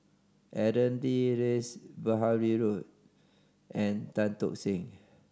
Aaron Lee Rash Behari Bose and Tan Tock Seng